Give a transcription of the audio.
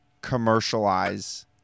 commercialize